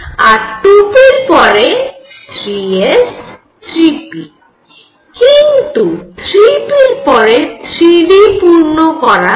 আর 2 p র পরে 3 s 3 p কিন্তু 3 p র পরে 3 d পূর্ণ করা যায়না